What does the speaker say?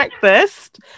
breakfast